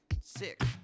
six